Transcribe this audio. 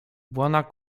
bwana